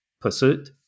pursuit